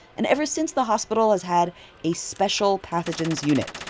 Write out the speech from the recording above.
and ever since, the hospital has had a special pathogens unit,